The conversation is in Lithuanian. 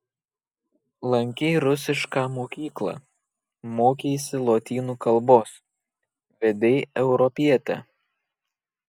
lankei rusišką mokyklą mokeisi lotynų kalbos vedei europietę